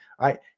Right